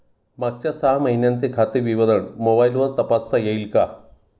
मागच्या सहा महिन्यांचे खाते विवरण मोबाइलवर तपासता येईल का?